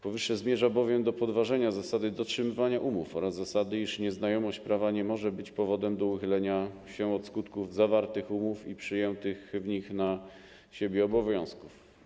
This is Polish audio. Powyższe zmierza bowiem do podważenia zasady dotrzymywania umów oraz zasady, iż nieznajomość prawa nie może być powodem do uchylenia się od skutków zawartych umów i przyjętych w nich na siebie obowiązków.